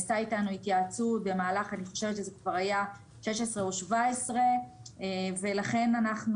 נעשתה איתנו התייעצות במהלך 2016 או 2017 ולכן אנחנו